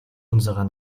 unserer